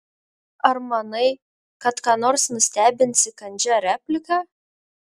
ar manai kad ką nors nustebinsi kandžia replika